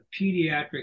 pediatric